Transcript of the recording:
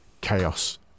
chaos